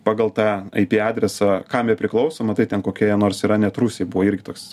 na pagal tą aipy adresą kam jie priklauso na tai ten kokioje nors yra net rusijoj buvo irgi toks